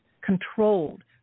controlled